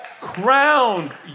crowned